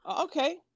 Okay